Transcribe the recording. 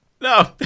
No